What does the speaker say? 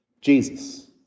Jesus